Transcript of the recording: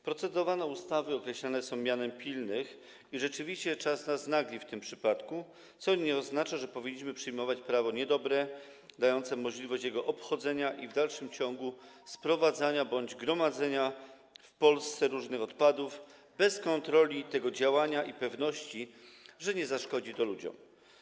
Procedowane ustawy określane są mianem pilnych i rzeczywiście czas nas nagli w tym przypadku, co nie oznacza, że powinniśmy przyjmować prawo niedobre, dające możliwość jego obchodzenia i w dalszym ciągu sprowadzania do Polski bądź gromadzenia w Polsce różnych odpadów bez kontroli tego działania i pewności, że nie zaszkodzi to ludziom.